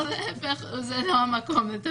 או שזה לא המקום.